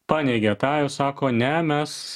paneigė tą ir sako ne mes